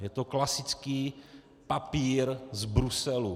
Je to klasický papír z Bruselu.